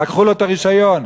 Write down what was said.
לקחו לו את הרישיון.